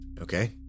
Okay